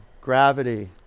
gravity